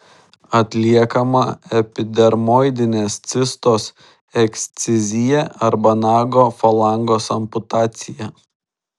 atliekama epidermoidinės cistos ekscizija arba nago falangos amputacija